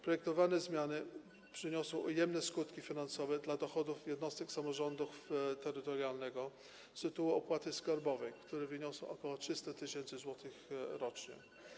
Projektowane zmiany przyniosą ujemne skutki finansowe dla dochodów jednostek samorządu terytorialnego z tytułu opłaty skarbowej, które wyniosą ok. 300 tys. zł rocznie.